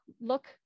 look